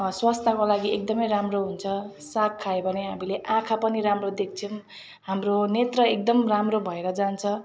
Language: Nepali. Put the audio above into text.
स्वास्थ्यको लागि एकदमै राम्रो हुन्छ साग खायो भने हामीले आँखा पनि राम्रो देख्छौँ हाम्रो नेत्र एकदम राम्रो भएर जान्छ